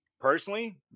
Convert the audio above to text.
personally